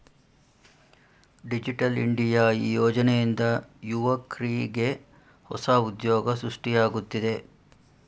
digital India ಈ ಯೋಜನೆಯಿಂದ ಯುವಕ್ರಿಗೆ ಹೊಸ ಉದ್ಯೋಗ ಸೃಷ್ಟಿಯಾಗುತ್ತಿದೆ